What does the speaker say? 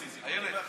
לא